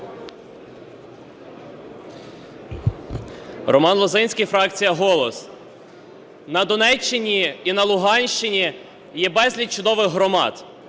Роман Лозинський, фракція "Голос". На Донеччині і на Луганщині є безліч чудових громад,